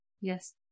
yes